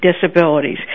disabilities